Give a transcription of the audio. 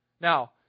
Now